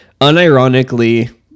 unironically